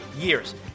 years